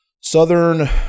Southern